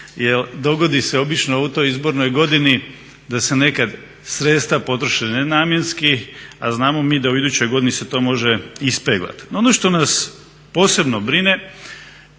jer dogodi se obično u toj izbornoj godini da se nekad sredstva potroše nenamjenski, a znamo mi da u idućoj godini se to može ispeglati. No, ono što nas posebno brine